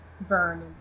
Vern